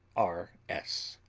r s.